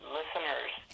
listeners